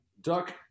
duck